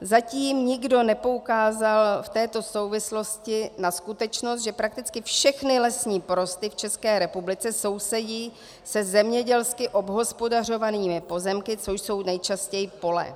Zatím nikdo nepoukázal v této souvislosti na skutečnost, že prakticky všechny lesní porosty v České republice sousedí se zemědělsky obhospodařovanými pozemky, co jsou nejčastěji pole.